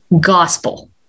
gospel